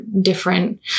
different